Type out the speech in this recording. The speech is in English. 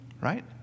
right